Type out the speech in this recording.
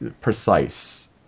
precise